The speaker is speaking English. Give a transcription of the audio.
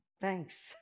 Thanks